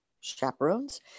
chaperones